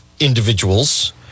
Individuals